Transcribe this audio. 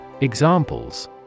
Examples